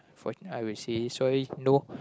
fort I will say sorry no